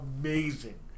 amazing